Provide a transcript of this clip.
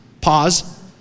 Pause